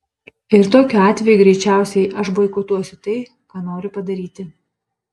ir tokiu atveju greičiausiai aš boikotuosiu tai ką noriu padaryti